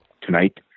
tonight